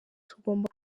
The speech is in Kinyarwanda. tugomba